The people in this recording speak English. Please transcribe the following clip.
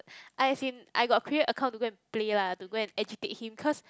I as in I got create account to go and play lah to go and agitate him cause